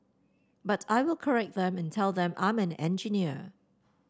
but I will correct them and tell them I'm an engineer